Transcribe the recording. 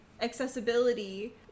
accessibility